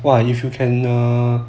!wah! if you can err